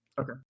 Okay